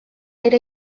era